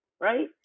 right